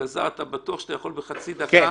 אלעזר, אתה בטוח שאתה יכול בחצי דקה?